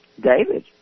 David